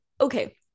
okay